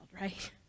right